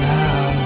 now